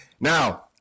now